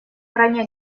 ранее